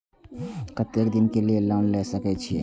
केते दिन के लिए लोन ले सके छिए?